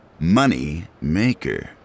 Moneymaker